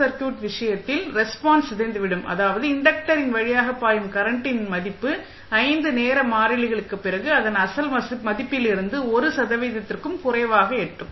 circuit விஷயத்தில் response சிதைந்துவிடும் அதாவது இன்டக்டரின் வழியாக பாயும் கரண்டின் மதிப்பு 5 நேர மாறிலிகளுக்குப் பிறகு அதன் அசல் மதிப்பில் இருந்து 1 சதவீதத்திற்கும் குறைவாக எட்டும்